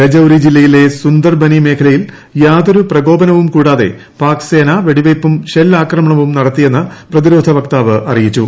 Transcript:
രജൌരി ജില്ലയിലെ സുന്ദർബ്നീ മേഖലയിൽ യാതൊരു പ്രകോപനവും കൂടാതെ പാക് സേനാ വെടിവയ്പ്പും ഷെല്ലാക്രമണവും നടത്തിയെന്ന് പ്രതിരോധവക്താവ് അറിയിച്ചു